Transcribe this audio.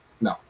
no